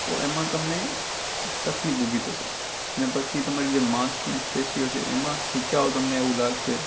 તો એમાં તમને તકલીફ ઊભી થશે અને પછી તમારી જે માંસપેશીઓ છે એમાં ખેંચાણ તમને એવું લાગશે